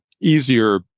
easier